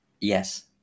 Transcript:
yes